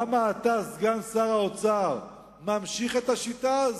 למה אתה, סגן שר האוצר, ממשיך את השיטה הזאת?